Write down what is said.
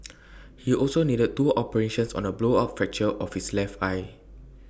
he also needed two operations on A blowout fracture of his left eye